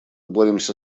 боремся